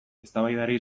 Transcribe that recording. eztabaidari